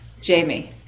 Jamie